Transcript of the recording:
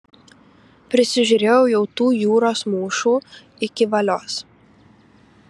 prisižiūrėjau jau tų jūros mūšų iki valios